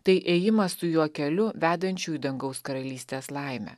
tai ėjimas su juo keliu vedančiu į dangaus karalystės laimę